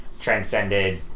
transcended